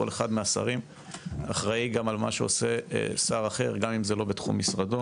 כל אחד מהשרים אחראי גם על מה שעושה שר אחר גם אם זה לא בתחום משרדו.